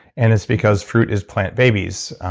and it's because fruit is plant babies.